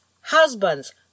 husbands